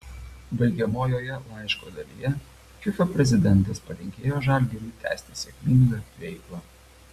baigiamojoje laiško dalyje fifa prezidentas palinkėjo žalgiriui tęsti sėkmingą veiklą